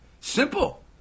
Simple